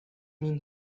mean